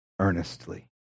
earnestly